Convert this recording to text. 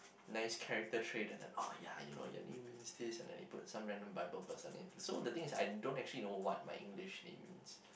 nice character trait and then oh ya you know your name is this and then they put some random Bible verse on it so the thing is I don't actually know what my English name means